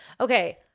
okay